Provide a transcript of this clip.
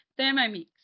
thermomix